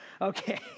Okay